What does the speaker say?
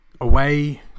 away